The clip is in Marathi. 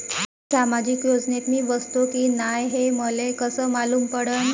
सामाजिक योजनेत मी बसतो की नाय हे मले कस मालूम पडन?